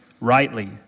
rightly